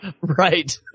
Right